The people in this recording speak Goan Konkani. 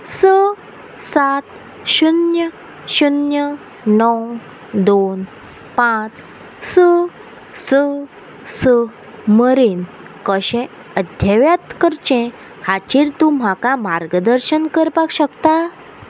स सात शुन्य शुन्य णव दोन पांच स स स मेरेन कशें अद्यावत करचे हाचेर तूं म्हाका मार्गदर्शन करपाक शकता